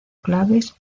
claves